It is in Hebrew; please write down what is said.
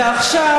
ועכשיו,